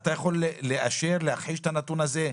אתה יכול לאשר להכחיש את הנתון הזה?